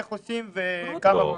איך עושים וכמה בדיקות?